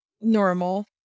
normal